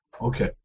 Okay